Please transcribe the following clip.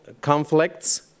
conflicts